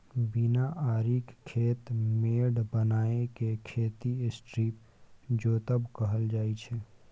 बिना आरिक खेत मेढ़ बनाए केँ खेती स्ट्रीप जोतब कहल जाइ छै